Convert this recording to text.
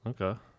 Okay